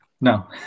No